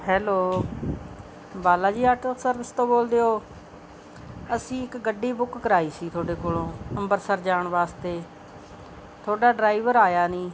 hello Bala ji auto service ਤੋਂ ਬੋਲਦੇ ਹੋ ਅਸੀਂ ਇੱਕ ਗੱਡੀ ਬੁੱਕ ਕਰਵਾਈ ਸੀ ਤੁਹਾਡੇ ਕੋਲੋਂ ਅੰਮ੍ਰਿਤਸਰ ਜਾਣ ਵਾਸਤੇ ਤੁਹਾਡਾ ਡਰਾਈਵਰ ਆਇਆ ਨਹੀਂ